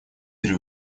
при